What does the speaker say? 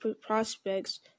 prospects